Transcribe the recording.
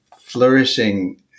flourishing